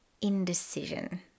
indecision